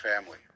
family